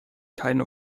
keine